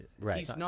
Right